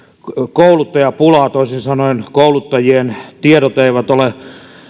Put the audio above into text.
kouluttajapulaa toisin sanoen kouluttajien tiedot eivät ole